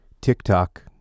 TikTok